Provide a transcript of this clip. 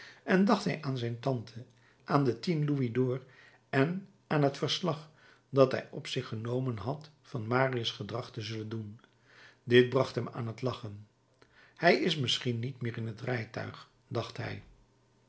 en dacht hij aan zijn tante aan de tien louisd'ors en aan het verslag dat hij op zich genomen had van marius gedrag te zullen doen dit bracht hem aan t lachen hij is misschien niet meer in het rijtuig dacht hij